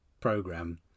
program